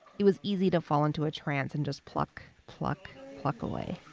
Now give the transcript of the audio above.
it was easy to fall into a trance and just pluck, pluck, pluck away